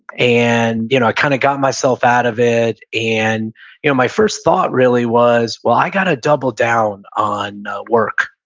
and you know i kind of got myself out of it. and you know my first thought, really, was, well, i gotta double down on work.